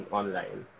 online